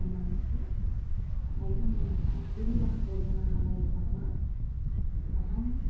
नमस्ते अयं श्रीनिवासः भोजनालयः वा अहम्